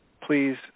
please